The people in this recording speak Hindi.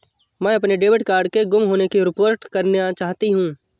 मैं अपने डेबिट कार्ड के गुम होने की रिपोर्ट करना चाहती हूँ